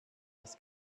als